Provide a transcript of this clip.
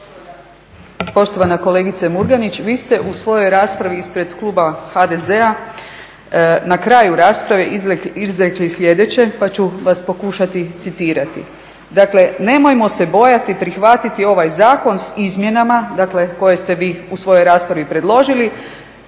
Poštovana kolegice Murganić, vi ste u svojoj raspravi ispred kluba HDZ-a na kraju rasprave izrekli sljedeće, pa ću vas pokušati citirati. Dakle, nemojmo se bojiti prihvatiti ovaj zakon s izmjenama, dakle koje ste vi u svojoj raspravi predložili.